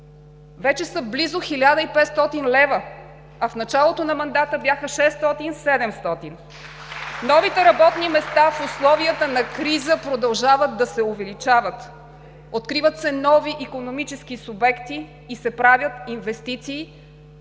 вече са близо 1500 лв., а в началото на мандата бяха 600 – 700. (Ръкопляскания от ГЕРБ.) Новите работни места в условията на криза продължават да се увеличават – откриват се нови икономически субекти, и се правят инвестиции.